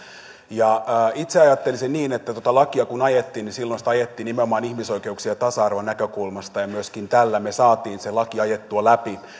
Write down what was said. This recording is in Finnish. itse ajattelisin niin että kun tuota lakia ajettiin silloin sitä ajettiin nimenomaan ihmisoikeuksien ja tasa arvon näkökulmasta ja myöskin tällä me saimme sen lain ajettua läpi